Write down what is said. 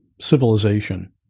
civilization